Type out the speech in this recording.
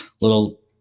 little